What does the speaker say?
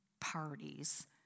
parties